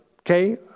okay